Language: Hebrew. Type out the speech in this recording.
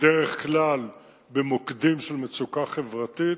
בדרך כלל במוקדים של מצוקה חברתית.